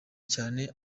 cyane